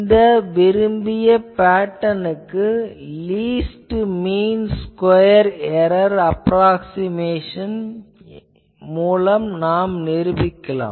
இந்த விரும்பிய பேட்டர்னுக்கு least mean square error approximation மூலம் நிருபிக்கலாம்